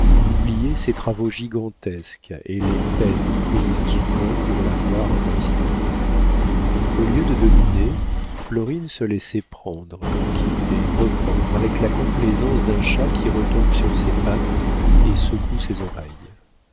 oubliait ces travaux gigantesques et les peines prises souvent pour la voir un instant au lieu de dominer florine se laissait prendre quitter reprendre avec la complaisance d'un chat qui retombe sur ses pattes et secoue ses oreilles